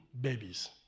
babies